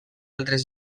altres